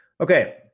Okay